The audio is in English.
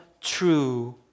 true